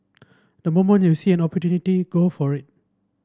the moment you see an opportunity go for it